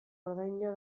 ordaina